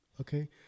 Okay